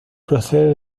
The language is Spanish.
procede